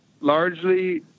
largely